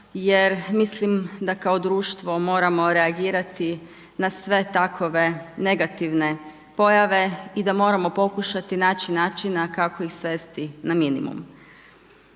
jer mislim da kao društvo moramo reagirati na sve takve negativne pojave i da moramo pokušati naći načina kako ih svesti na minimum.